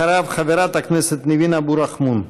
אחריו, חברת הכנסת ניבין אבו רחמון.